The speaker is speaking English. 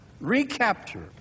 recapture